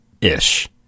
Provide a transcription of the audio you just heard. ish